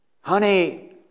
Honey